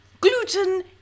gluten